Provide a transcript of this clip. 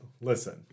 listen